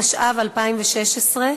התשע"ו 2016,